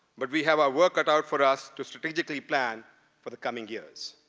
but we have our work cut out for us to strategically plan for the coming years.